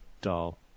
doll